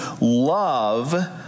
love